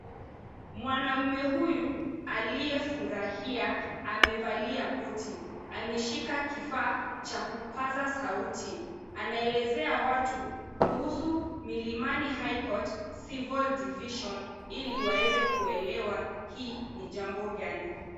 Mwanaume huyu aliyefurahia amevalia koti. Ameshika kifaa cha kupaza sauti. Anaelezea watu kuhusu Milimani High Court Civil Division ili waeze kuelewa hii ni jambo gani.